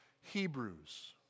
Hebrews